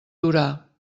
durar